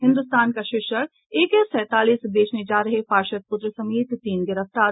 हिन्दुस्तान का शीर्षक है एके सैंतालीस बेचने जा रहे पार्षद पूत्र समेत तीन गिरफ्तार